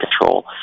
control